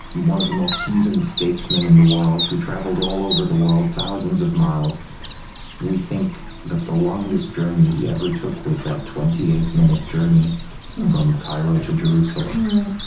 one of the most seasoned statesmen in the world, who traveled all over the world thousands of miles we think that the longest journey he ever took was that twenty eight minute journey from cairo to jerusalem, right,